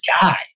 guy